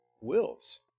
wills